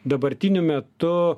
dabartiniu metu